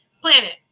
planet